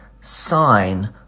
sign